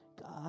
God